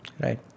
Right